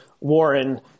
Warren